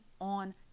on